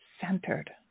centered